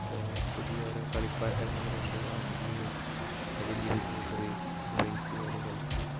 പിന്നെ പുതിയ ഓരോ കളിപ്പാട്ടങ്ങൾ കൊണ്ട് അതിൽ അതിലിരുന്ന് കൊണ്ട് റെയ്സ് റെയ്സ് പോലെ കളിക്കും